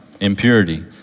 impurity